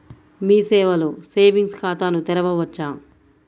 మీ సేవలో సేవింగ్స్ ఖాతాను తెరవవచ్చా?